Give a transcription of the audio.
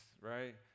right